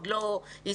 עוד לא הסתיים,